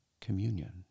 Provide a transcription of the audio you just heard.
communion